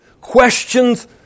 questions